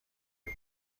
بود